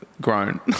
grown